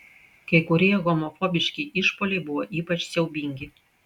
kai kurie homofobiški išpuoliai buvo ypač siaubingi